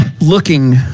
looking